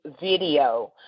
video